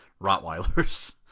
Rottweilers